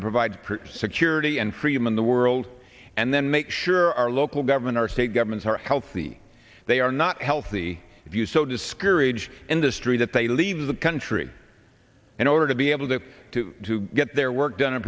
to provide security and freedom in the world and then make sure our local government our state governments are healthy they are not healthy if you so discourage industry that they leave the country in order to be able to get their work done and